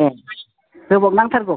ए गोबां नांथारगौ